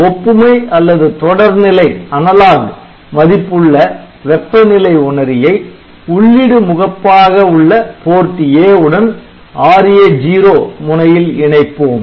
ஒப்புமை அல்லது தொடர்நிலை மதிப்புள்ள வெப்பநிலை உணரியை உள்ளிடு முகப்பாக உள்ள PORT A உடன் RA0 முனையில் இணைப்போம்